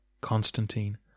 Constantine